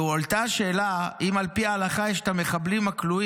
"והועלתה השאלה: האם על פי ההלכה יש לשחרר את המחבלים הכלואים,